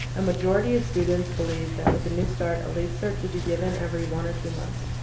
a majority of students believe that with the new start a late start should be given every one or two months.